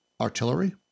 artillery